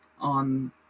on